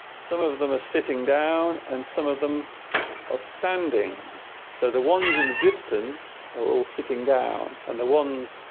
some of them are sitting down and some of them are standing so the ones in the distance are all sitting down and the ones